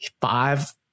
five